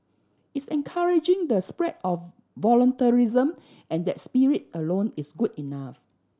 it's encouraging the spread of voluntarism and that spirit alone is good enough